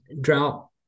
drought